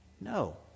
No